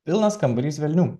pilnas kambarys velnių